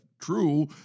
true